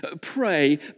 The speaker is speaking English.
Pray